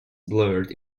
blurred